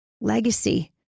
Legacy